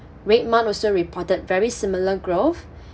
rate month also reported very similar growth